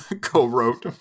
co-wrote